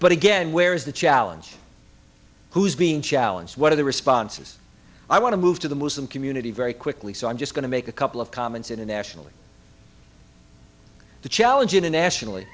but again where is the challenge who's being challenge one of the responses i want to move to the muslim community very quickly so i'm just going to make a couple of comments internationally the challenge internationally